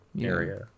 area